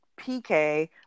PK